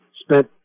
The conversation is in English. spent